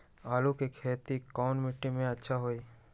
आलु के खेती कौन मिट्टी में अच्छा होइ?